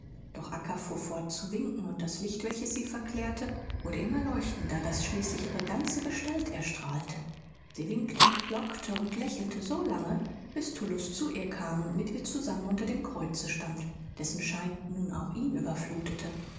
doch acca fuhr fort zu winken und das licht welches sie verklärte wurde immer leuchtender daß schließlich ihre ganze gestalt erstrahlte sie winkte lockte und lächelte so lange bis tullus zu ihr kam und mit ihr zusammen unter dem kreuze stand dessen schein nun auch ihn überfluthete